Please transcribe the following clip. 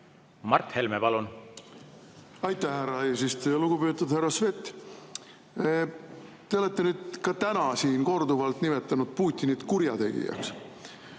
Mart Helme, palun! Aitäh, härra eesistuja! Lugupeetud härra Svet! Te olete nüüd ka täna siin korduvalt nimetanud Putinit kurjategijaks.